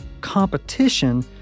competition